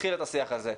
התחיל את השיח הזה.